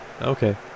Okay